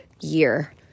year